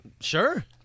Sure